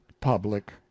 public